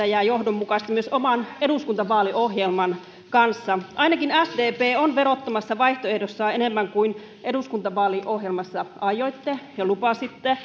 ja johdonmukaisia myös oman eduskuntavaaliohjelman kanssa ainakin sdp on verottamassa vaihtoehdossaan enemmän kuin eduskuntavaaliohjelmassa aioitte ja lupasitte